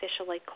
officially